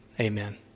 amen